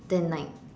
then like